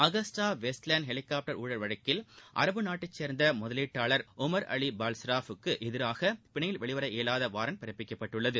Agusta Westland helicopter ஊழல் வழக்கில் அரபு நாட்டைச் சேர்ந்த முதலீட்டாளர் உமர் அலி பால்சராப் புக்கு எதிராக பிணையில் வெளி வர இயலாத வாரண்ட் பிறப்பிக்கப்பட்டுள்ளது